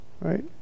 Right